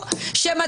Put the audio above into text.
אבל